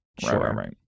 Sure